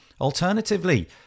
Alternatively